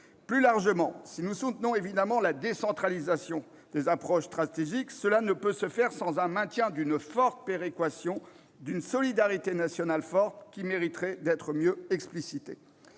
Plus largement, si nous soutenons évidemment la décentralisation des approches stratégiques, cela ne peut se faire sans un maintien d'une forte péréquation, d'une solidarité nationale forte, qui mériterait d'être mieux explicitée.